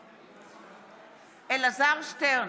נגד אלעזר שטרן,